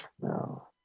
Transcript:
No